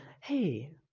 hey